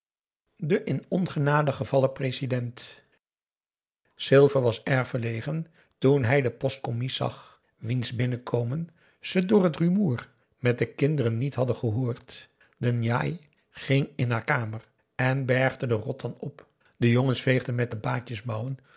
de in ongenade gevallen president silver was erg verlegen toen hij den postcommies zag wiens binnenkomen ze door het rumoer met de kinderen niet hadden gehoord de njai ging in haar kamer en bergde de rotan op de jongens veegden met de